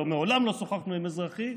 הלוא מעולם לא שוחחנו עם אזרחים,